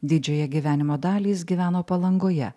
didžiąją gyvenimo dalį jis gyveno palangoje